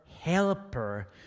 helper